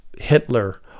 hitler